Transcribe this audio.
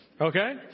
Okay